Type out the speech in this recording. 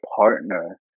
partner